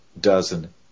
dozen